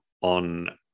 on